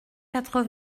quatre